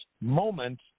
moment